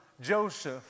Joseph